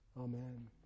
Amen